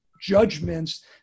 judgments